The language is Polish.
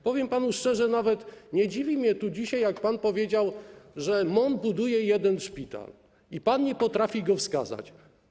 Powiem panu szczerze, że nawet nie dziwi mnie dzisiaj to, że pan powiedział, że MON buduje jeden szpital i że pan nie potrafi go wskazać.